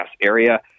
area